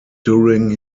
during